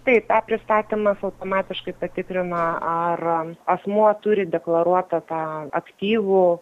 taip tą pristatymas automatiškai patikrina ar asmuo turi deklaruotą tą aktyvų